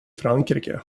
frankrike